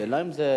השאלה אם זה,